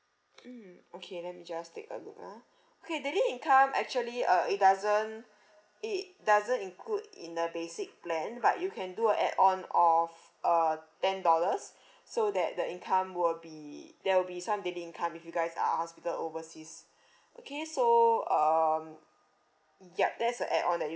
mm okay let me just take a look ah okay daily income actually uh it doesn't it doesn't include in the basic plan but you can do a add-on of uh ten dollars so that the income will be there will be some daily income if you guys are hospital overseas okay so um ya that's a add-on that